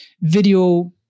video